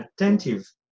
attentive